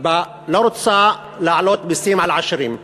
לא רוצה לעלות מסים על העשירים,